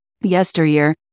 yesteryear